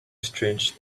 strange